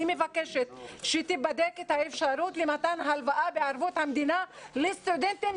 אני מבקש שתיבדק האפשרות למתן הלוואה בערבות המדינה לסטודנטים